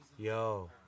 Yo